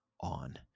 on